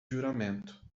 juramento